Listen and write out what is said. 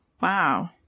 Wow